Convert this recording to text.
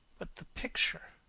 but the picture?